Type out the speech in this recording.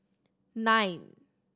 nine